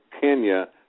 Kenya